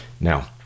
Now